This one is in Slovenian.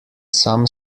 sam